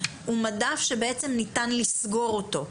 הוא מדף שניתן לסגור אותו.